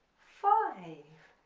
five,